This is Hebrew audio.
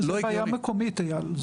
זו בעיה מקומית, אייל.